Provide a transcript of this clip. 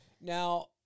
Now